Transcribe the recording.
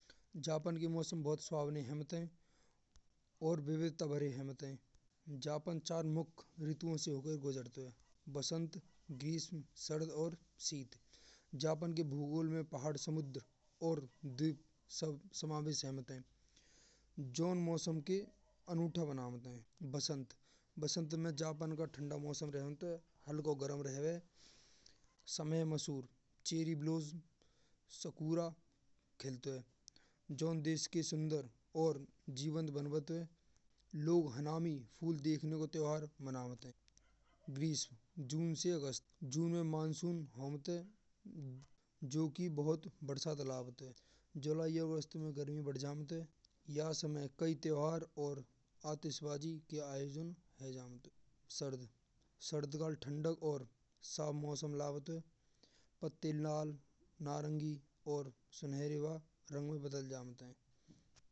जापान के मौसम बहुत सुहावने हेवेत है और विविधता भरे हेवेत है। जापानचार मुख्य ऋतुओं से होकर गुजरते हैं बसंत, ग्रीष्म, शरद और शीत। जापानके भूगोल में पहाड़, समुद्र और दीप सम समावेश सीमित हैं। जोन मौसम के अनूठा बनावट है। बसंत बसंत में जापन का ठंडा मौसम रहवत है हल्को गर्म रहवे। समय मासोर चेरी ब्लॉसम साकुरा खेलतो है। जोन देश के सुंदर और जीवन बनावट लोग हानामी फूल देखने को त्योहार मनावत है। ग्रीष्म जून से अगस्त जून में मानसून होमत है जोकि बहुत बरसा दलावत है। जुलाई अगस्त में गर्मी बढ़ जावत है या समय कई त्योहार और आतिशबाजी के आयोजन होय जावत है। सर्द सर्द का ठंडक और सा मौसम लावत है पत्ते लाल नारंगी और सुनहरे या रंग में बदल जावत है।